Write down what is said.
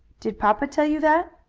did papa tell you that?